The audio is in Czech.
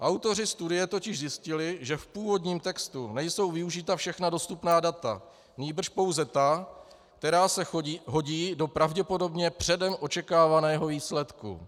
Autoři studie totiž zjistili, že v původním textu nejsou využita všechna dostupná data, nýbrž pouze ta, která se hodí do pravděpodobně předem očekávaného výsledku.